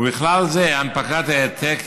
ובכלל זה הנפקת העתק